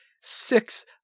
six